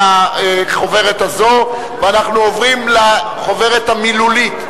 בחוברת הזאת, ואנחנו עוברים לחוברת המילולית.